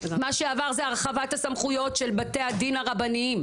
מה שעבר זה הרחבת הסמכויות של בתי הדין הרבניים,